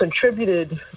contributed